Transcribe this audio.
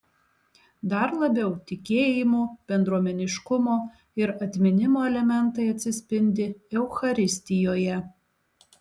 dar labiau tikėjimo bendruomeniškumo ir atminimo elementai atsispindi eucharistijoje